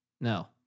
No